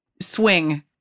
swing